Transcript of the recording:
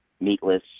meatless